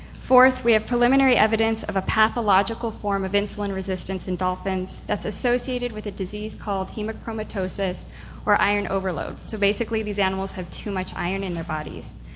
fourth, we have preliminary evidence of a pathological form of insulin resistance in dolphins that's associated with a disease called hemochromatosis or iron overload. so basically these animals have too much iron in their bodies.